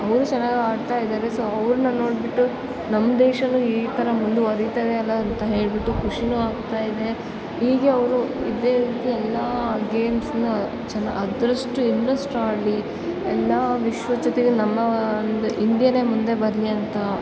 ಅವರು ಚೆನ್ನಾಗ್ ಆಡ್ತಾ ಇದ್ದಾರೆ ಸೊ ಅವ್ರನ್ನ ನೋಡಿಬಿಟ್ಟು ನಮ್ಮ ದೇಶ ಈ ಥರ ಮುಂದುವರಿತದೆ ಅಲ್ಲ ಅಂತ ಹೇಳಿಬಿಟ್ಟು ಖುಷಿನು ಆಗ್ತಾಯಿದೆ ಹೀಗೆ ಅವರು ಇದೆ ರೀತಿ ಎಲ್ಲ ಗೇಮ್ಸ್ನ ಚೆನ್ನ ಅದರಷ್ಟು ಇನ್ನಷ್ಟು ಆಡಲಿ ಎಲ್ಲ ವಿಶ್ವ ಜೊತೆಗೆ ನಮ್ಮ ಒಂದು ಇಂಡಿಯಾನೆ ಮುಂದೆ ಬರಲಿ ಅಂತ